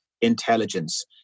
intelligence